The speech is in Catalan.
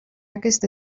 aquesta